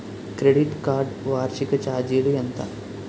Credit card వార్షిక ఛార్జీలు ఎంత?